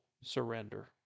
surrender